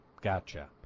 gotcha